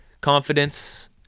Confidence